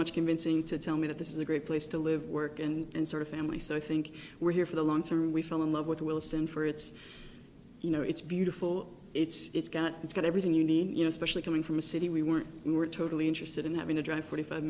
much convincing to tell me that this is a great place to live work and sort of family so i think we're here for the long term we fell in love with wilson for it's you know it's beautiful it's got it's got everything you need you know especially coming from a city we were we were totally interested in having to drive forty five